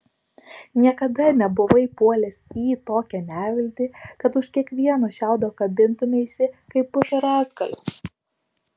niekada nebuvai puolęs į tokią neviltį kad už kiekvieno šiaudo kabintumeisi kaip už rąstgalio